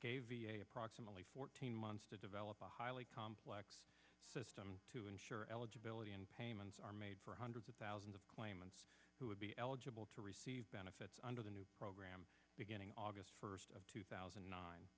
gave approximately fourteen months to develop a highly complex system to ensure eligibility and payments are made for hundreds of thousands of claimants who would be eligible to receive benefits under the new program beginning august first of two thousand